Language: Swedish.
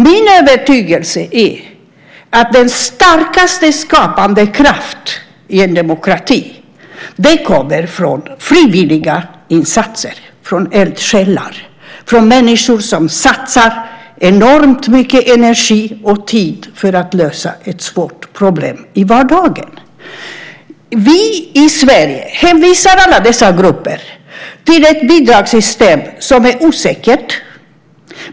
Min övertygelse är att den starkaste skapande kraften i en demokrati kommer från frivilliga insatser, från eldsjälar, från människor som satsar enormt mycket energi och tid på att lösa ett svårt problem i vardagen. Vi i Sverige hänvisar alla dessa grupper till ett bidragssystem som är osäkert.